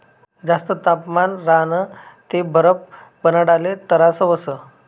जास्त तापमान राह्यनं ते बरफ बनाडाले तरास व्हस